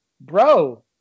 bro